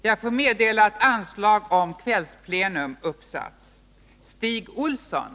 Jag får meddela att anslag om kvällsplenum har uppsatts.